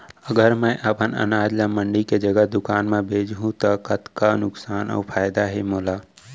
अगर मैं अपन अनाज ला मंडी के जगह दुकान म बेचहूँ त कतका नुकसान अऊ फायदा हे मोला?